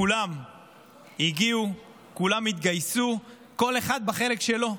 כולם הגיעו והתגייסו, כל אחד בחלק שלו,